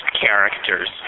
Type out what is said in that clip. characters